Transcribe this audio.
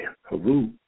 Haru